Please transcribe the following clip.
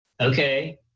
Okay